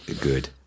good